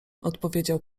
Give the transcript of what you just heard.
odpowiedział